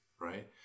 Right